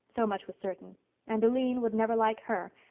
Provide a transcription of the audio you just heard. so much was certain and aline would never like her,